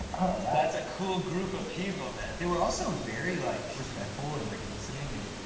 that's a cool group of people, man. they were also very, like, respectful, and, like, listening. and